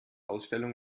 ausstellung